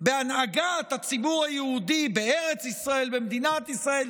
בהנהגת הציבור היהודי בארץ ישראל, במדינת ישראל?